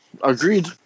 Agreed